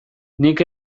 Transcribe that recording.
nik